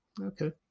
Okay